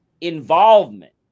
involvement